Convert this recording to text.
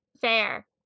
Fair